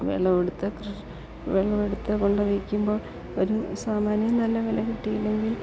വിളവെടുത്ത കൃഷി വിളവെടുത്തതു കൊണ്ട് വിൽക്കുമ്പോൾ ഒരു സാമാന്യം നല്ല വില കിട്ടിയില്ലെങ്കിൽ